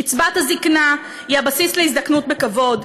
קצבת הזקנה היא הבסיס להזדקנות בכבוד.